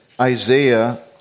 Isaiah